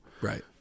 Right